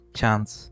chance